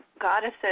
goddesses